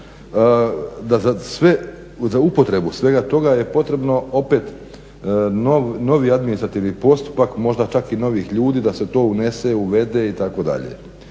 da za upotrebu svega toga je potrebno opet novi administrativni postupak, možda čak i novih ljudi da se to unese, uvede itd.